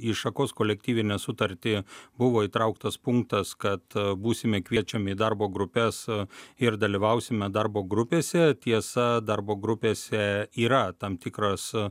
į šakos kolektyvinę sutartį buvo įtrauktas punktas kad būsime kviečiami į darbo grupes ir dalyvausime darbo grupėse tiesa darbo grupėse yra tam tikras